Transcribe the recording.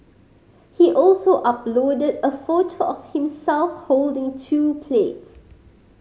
he also uploaded a photo of himself holding two plates